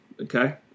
okay